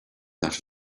that